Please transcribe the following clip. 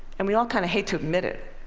and we all kind of hate to admit it.